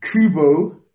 Kubo